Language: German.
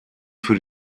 für